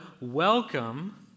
welcome